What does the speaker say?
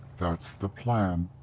that's the plan.